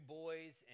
boys